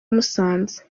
musanze